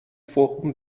forum